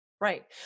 Right